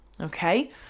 okay